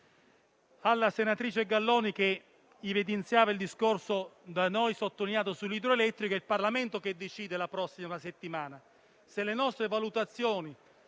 Alla senatrice Gallone, che evidenziava il discorso da noi sottolineato sull'idroelettrico, faccio rilevare che sarà il Parlamento a decidere la prossima settimana se le nostre valutazioni